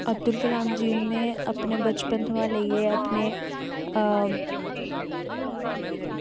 अब्दुल कलाम जी ने अपने बचपन थमां लेइयै अपने